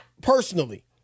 personally